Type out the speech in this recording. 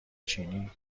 چینی